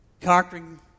conquering